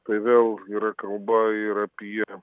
tai vėl yra kalba ir apie